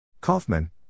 Kaufman